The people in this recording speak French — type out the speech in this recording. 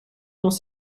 dans